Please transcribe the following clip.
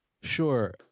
Sure